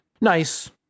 nice